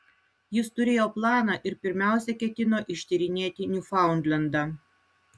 jis turėjo planą ir pirmiausia ketino ištyrinėti niufaundlendą